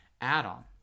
add-on